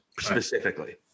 specifically